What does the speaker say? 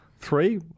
Three